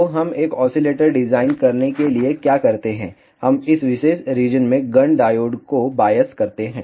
तो हम एक ऑसीलेटर डिजाइन करने के लिए क्या करते हैं हम इस विशेष रीजन में गन डायोड को बायस करते हैं